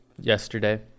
yesterday